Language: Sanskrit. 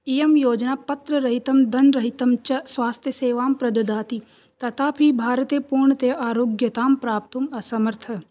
इयं योजना पत्ररहितं धनरहितं च स्वास्थ्यसेवां प्रददाति तथापि भारते पूर्णतया आरोग्यतां प्राप्तुम् असमर्थाः